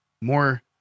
more